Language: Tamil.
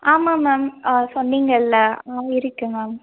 ஆமாம் மேம் ஆ சொன்னிங்கள்ல ஆ இருக்குது மேம்